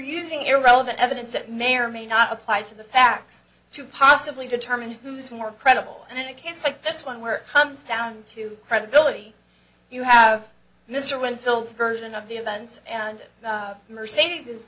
using irrelevant evidence that may or may not apply to the facts to possibly determine who's more credible and in a case like this one were comes down to credibility you have mr winfield's version of the events and mercedes